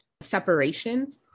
separation